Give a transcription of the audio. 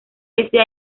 este